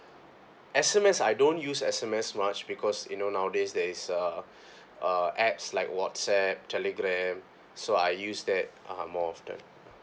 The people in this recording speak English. S_M_S I don't use S_M_S much because you know nowadays there is a uh apps like WhatsApp Telegram so I use that uh more often